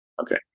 Okay